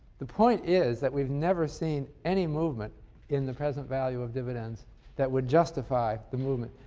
the point is that we've never seen any movement in the present value of dividends that would justify the movement.